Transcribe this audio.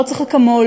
לא צריך אקמול.